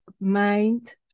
mind